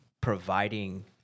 providing